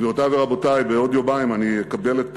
גבירותי ורבותי, בעוד יומיים אני אקבל,